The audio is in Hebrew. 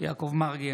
יעקב מרגי,